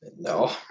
No